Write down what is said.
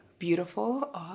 beautiful